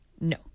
No